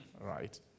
right